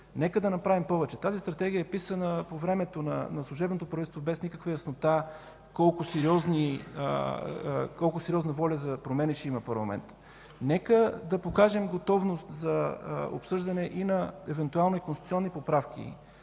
Нека да направим повече – тази Стратегия е писана по време на служебното правителство без никаква яснота колко сериозна воля за промени ще има парламента, да покажем готовност за обсъждане и на евентуални конституционни поправки